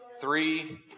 three